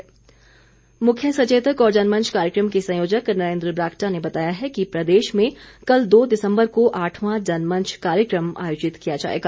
जनमंच मुख्य सचेतक और जनमंच कार्यक्रम के संयोजक नरेन्द्र बरागटा ने बताया है कि प्रदेश में कल दो दिसंबर को आठवां जनमंच कार्यक्रम आयोजित किया जाएगा